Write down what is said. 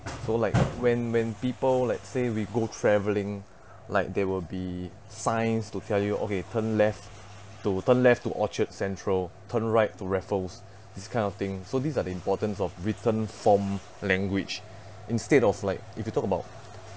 so like when when people let's say we go traveling like there will be signs to tell you okay turn left to turn left to orchard central turn right to raffles this kind of thing so these are the importance of written form language instead of like if you talk about